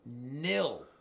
nil